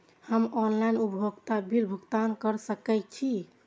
हम ऑनलाइन उपभोगता बिल भुगतान कर सकैछी?